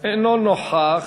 אינו נוכח.